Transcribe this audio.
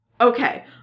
Okay